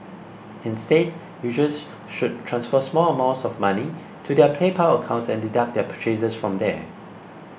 instead users should transfer small amounts of money to their PayPal accounts and deduct their purchases from there